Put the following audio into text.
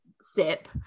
sip